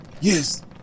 Yes